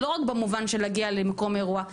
לא רק במובן של להגיע למקום אירוע.